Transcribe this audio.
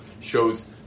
shows